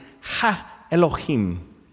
Ha-Elohim